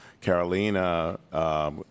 Carolina